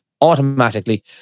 automatically